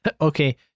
okay